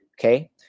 okay